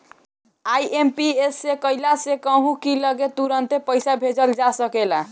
IMPS से कइला से कहू की लगे तुरंते पईसा भेजल जा सकेला